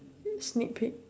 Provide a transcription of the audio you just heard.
sneak peek